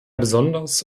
besonders